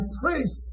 praise